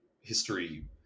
history